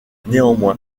néanmoins